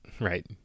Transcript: Right